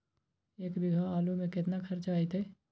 एक बीघा आलू में केतना खर्चा अतै?